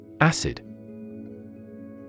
Acid